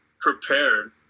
prepared